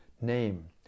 name